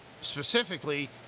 specifically